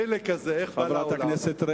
איך פלא כזה בא לעולם.